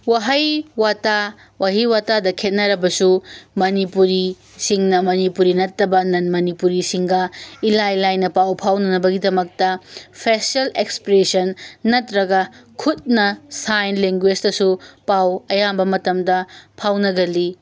ꯋꯥꯍꯩ ꯋꯥꯇꯥ ꯋꯥꯍꯩ ꯋꯥꯇꯗ ꯈꯦꯠꯅꯔꯕꯁꯨ ꯃꯅꯤꯄꯨꯔꯤꯁꯤꯡꯅ ꯃꯅꯤꯄꯨꯔꯤ ꯅꯠꯇꯕ ꯅꯟ ꯃꯅꯤꯄꯨꯔꯤ ꯁꯤꯡꯒ ꯏꯂꯥꯏ ꯂꯥꯏꯅ ꯄꯥꯎ ꯐꯥꯎꯅꯅꯕꯒꯤꯗꯝꯛꯇ ꯐꯦꯁꯤꯌꯦꯜ ꯑꯦꯛꯁꯄ꯭ꯔꯦꯁꯟ ꯅꯠꯇꯔꯒ ꯈꯨꯠꯅ ꯁꯥꯏꯟ ꯂꯦꯟꯒꯨꯋꯦꯖꯇꯁꯨ ꯄꯥꯎ ꯑꯌꯥꯝꯕ ꯃꯇꯝꯗ ꯐꯥꯎꯅꯒꯜꯂꯤ